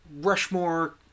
Rushmore